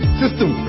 system